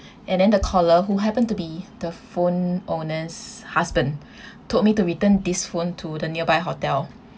and then the caller who happened to be the phone owner's husband told me to return this phone to the nearby hotel